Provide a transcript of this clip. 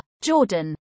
Jordan